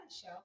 show